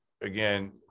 again